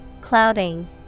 Clouding